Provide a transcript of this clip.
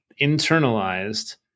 internalized